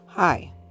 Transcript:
Hi